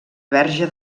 verge